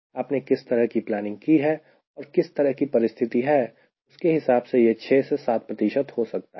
आपने किस तरह की प्लानिंग की है और किस तरह की परिस्थिति है उसके हिसाब से यह 6 से 7 हो सकता है